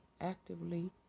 actively